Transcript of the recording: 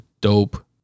dope